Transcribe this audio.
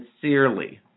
Sincerely